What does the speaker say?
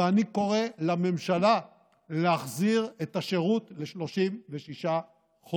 ואני קורא לממשלה להחזיר את השירות ל-36 חודשים.